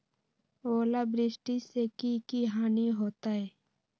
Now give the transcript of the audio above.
ओलावृष्टि से की की हानि होतै?